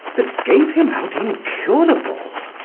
that gave him out incurable